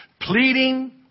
pleading